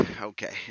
Okay